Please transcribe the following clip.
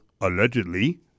allegedly